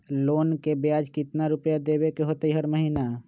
Loan के ब्याज कितना रुपैया देबे के होतइ हर महिना?